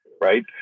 right